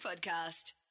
podcast